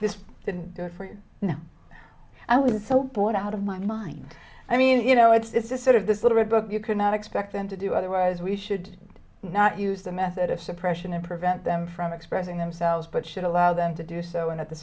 this didn't go for now i was so bored out of my mind i mean you know it's this is sort of this little red book you cannot expect them to do otherwise we should not use the method of suppression and prevent them from expressing themselves but should allow them to do so and at the